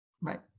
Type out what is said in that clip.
Right